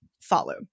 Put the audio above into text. follow